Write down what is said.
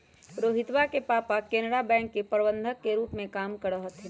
रोहितवा के पापा केनरा बैंक के प्रबंधक के रूप में काम करा हथिन